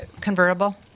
convertible